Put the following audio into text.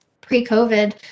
pre-COVID